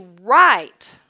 right